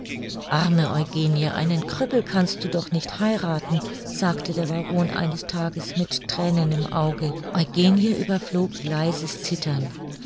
arme eugenie einen krüppel kannst du doch nicht heirathen sagte der baron eines tages mit thränen im auge eugenie überflog leises zittern